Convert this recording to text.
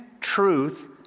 truth